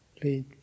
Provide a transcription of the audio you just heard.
please